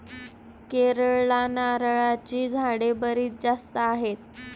केरळला नारळाची झाडे बरीच जास्त आहेत